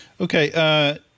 Okay